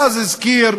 ואז הזכיר,